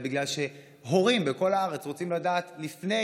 אלא בגלל שהורים בכל הארץ רוצים לדעת לפני